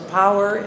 power